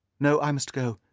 no, i must go.